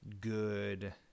good